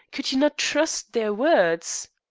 could you not trust their words?